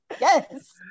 Yes